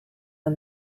and